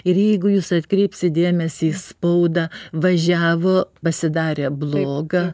ir jeigu jūs atkreipsit dėmesį į spaudą važiavo pasidarė bloga